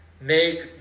make